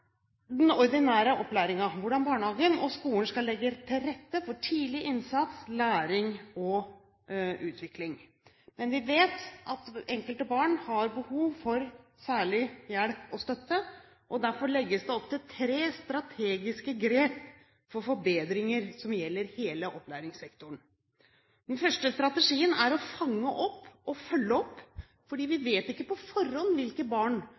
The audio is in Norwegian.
den ordinære opplæringen – hvordan skolen og barnehagen skal legge til rette for tidlig innsats, læring og utvikling. Men vi vet at enkelte barn har behov for særlig hjelp og støtte, og derfor legges det opp til tre strategiske grep for forbedringer som gjelder hele opplæringssektoren. Den første strategien er å fange opp og følge opp, for vi vet ikke på forhånd hvilke barn,